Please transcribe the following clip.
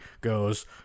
goes